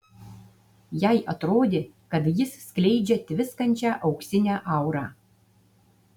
jai atrodė kad jis skleidžia tviskančią auksinę aurą